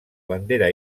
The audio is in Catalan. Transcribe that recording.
bandera